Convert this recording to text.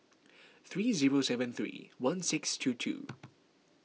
three zero seven three one six two two